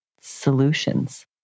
solutions